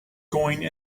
going